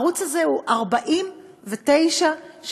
הערוץ הזה הוא בן 49 שנים,